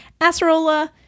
Acerola